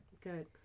Good